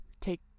take